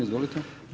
Izvolite.